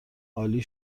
عالی